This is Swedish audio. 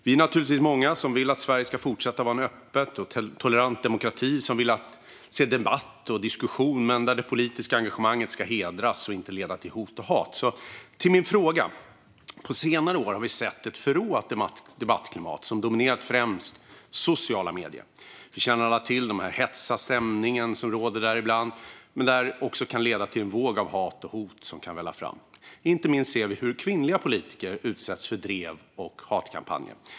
Vi är många som vill att Sverige ska fortsätta vara en öppen och tolerant demokrati och som vill se debatt och diskussion men att det politiska engagemanget ska hedras och inte leda till hot och hat. På senare år har vi dock sett ett förråat debattklimat som dominerat främst sociala medier. Vi känner alla till den hätska stämning som råder där ibland men som också kan leda till att en våg av hat och hot kan välla fram. Vi ser inte minst att kvinnliga politiker utsätts för drev och hatkampanjer.